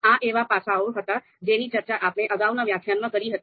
આ એવા પાસાઓ હતા જેની ચર્ચા આપણે અગાઉના વ્યાખ્યાનમાં કરી હતી